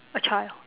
a child